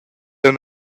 aunc